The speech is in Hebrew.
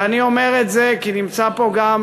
ואני אומר את זה כי נמצאים פה גם